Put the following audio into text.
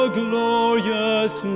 glorious